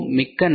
மிக்க நன்றி